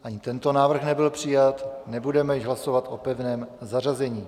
Ani tento návrh nebyl přijat, nebudeme již hlasovat o pevném zařazení.